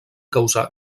causar